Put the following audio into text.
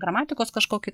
gramatikos kažkokį